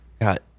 got